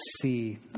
see